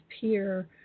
peer